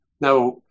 Now